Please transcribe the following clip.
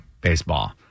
baseball